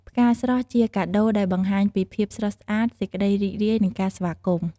ផ្កាស្រស់ជាកាដូដែលបង្ហាញពី ភាពស្រស់ស្អាត សេចក្តីរីករាយ និង ការស្វាគមន៍។